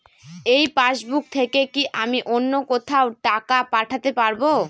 এই পাসবুক থেকে কি আমি অন্য কোথাও টাকা পাঠাতে পারব?